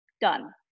done